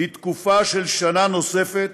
לתקופה של שנה נוספת,